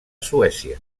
suècia